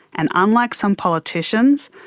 and, unlike some politicians,